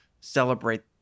celebrate